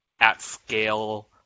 at-scale